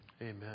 Amen